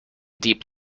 deep